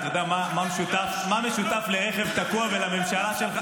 אנחנו לא מספרים בדיחות.